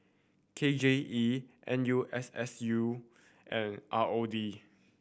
K J E N U S S U and R O D